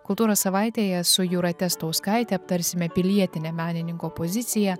kultūros savaitėje su jūrate stauskaite aptarsime pilietinę menininko poziciją